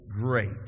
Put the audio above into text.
great